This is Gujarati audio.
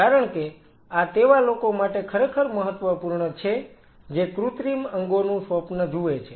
કારણ કે આ તેવા લોકો માટે ખરેખર મહત્વપૂર્ણ છે જે કૃત્રિમ અંગોનું સ્વપ્ન જુએ છે